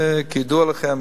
וכידוע לכם,